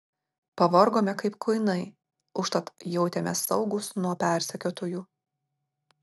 pavargome kaip kuinai užtat jautėmės saugūs nuo persekiotojų